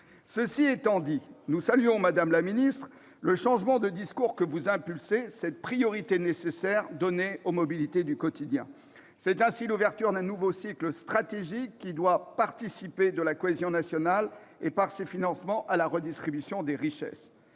Cela étant dit, nous saluons, madame la ministre, le changement de discours que vous impulsez, cette priorité donnée aux mobilités du quotidien. C'est ainsi l'ouverture d'un nouveau cycle stratégique, qui doit participer de la cohésion nationale et, par ces financements, à la redistribution des richesses.